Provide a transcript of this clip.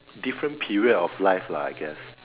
different period of life lah I guess